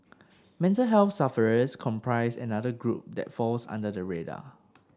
mental health sufferers comprise another group that falls under the radar